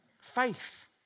Faith